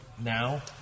now